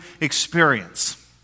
experience